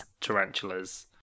tarantulas